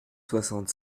soixante